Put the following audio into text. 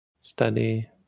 study